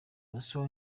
also